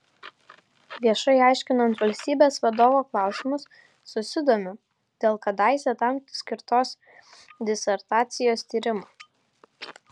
viešai aiškinant valstybės vadovo klausimus susidomiu dėl kadaise tam skirtos disertacijos tyrimų